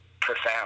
profound